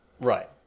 Right